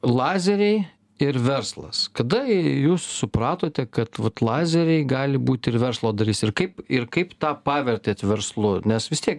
lazeriai ir verslas kada jūs supratote kad vat lazeriai gali būti ir verslo dalis ir kaip ir kaip tą pavertėt verslu nes vis tiek